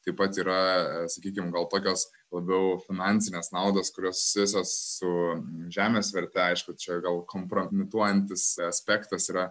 taip pat yra sakykim gal tokios labiau finansinės naudos kurios visos žemės vertė aišku čia gal kompromituojantis aspektas yra